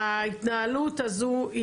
ההתנהלות הזו,